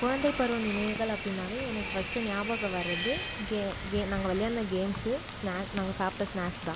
குழந்தை பருவ நினைவுகள் அப்படினாவே எனக்கு ஃபஸ்ட்டு நியாபகம் வருது கே கே நாங்கள் விளையாட்டின கேம்ஸு ஸ்னாக் நாங்கள் சாப்பிட்டா ஸ்னாக்ஸ் தான்